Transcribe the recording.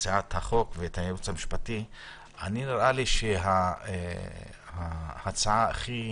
הדעות השונות פה נראה לי שההצעה הכי